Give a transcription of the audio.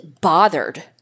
bothered